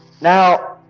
now